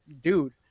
dude